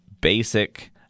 Basic